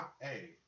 Hey